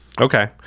Okay